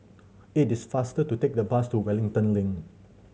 it is faster to take the bus to Wellington Link